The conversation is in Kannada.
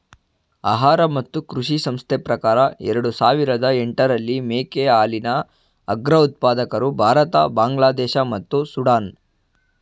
ಆಹಾರ ಮತ್ತು ಕೃಷಿ ಸಂಸ್ಥೆ ಪ್ರಕಾರ ಎರಡು ಸಾವಿರದ ಎಂಟರಲ್ಲಿ ಮೇಕೆ ಹಾಲಿನ ಅಗ್ರ ಉತ್ಪಾದಕರು ಭಾರತ ಬಾಂಗ್ಲಾದೇಶ ಮತ್ತು ಸುಡಾನ್